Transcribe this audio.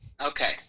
Okay